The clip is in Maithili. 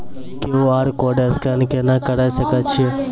क्यू.आर कोड स्कैन केना करै सकय छियै?